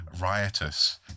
riotous